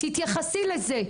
תתייחסי לזה.